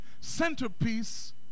centerpiece